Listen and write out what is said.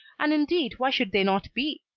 and indeed why should they not be?